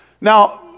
now